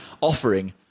Offering